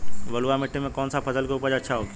बलुआ मिट्टी में कौन सा फसल के उपज अच्छा होखी?